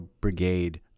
Brigade